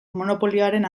monopolioaren